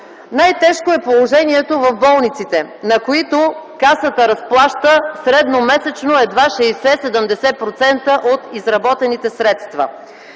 Най-тежко е положението в болниците, на които Касата разплаща средномесечно едва 60-70% от изработените средства.